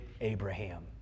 Abraham